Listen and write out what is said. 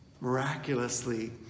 miraculously